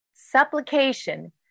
supplication